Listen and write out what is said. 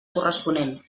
corresponent